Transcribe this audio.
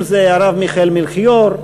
אם הרב מיכאל מלכיאור,